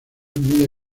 muy